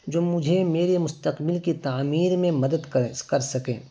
جو مجھے میرے مستقبل کی تعمیر میں مدد کریں کر سکیں